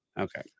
Okay